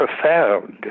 profound